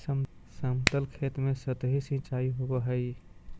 समतल खेत में सतही सिंचाई होवऽ हइ